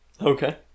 Okay